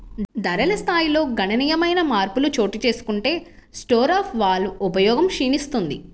ధరల స్థాయిల్లో గణనీయమైన మార్పులు చోటుచేసుకుంటే స్టోర్ ఆఫ్ వాల్వ్ ఉపయోగం క్షీణిస్తుంది